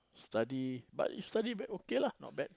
study but if study bad okay lah not bad